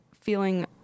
feeling